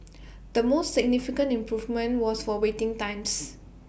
the most significant improvement was for waiting times